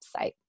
website